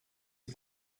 est